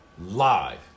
live